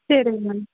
சரிங்க மேம்